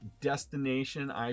destination